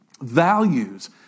values